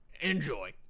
Enjoy